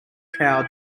cow